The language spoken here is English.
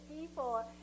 people